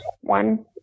one